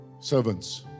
Servants